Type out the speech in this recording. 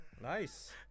nice